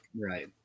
Right